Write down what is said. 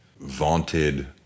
vaunted